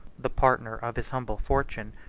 the partner of his humble fortune,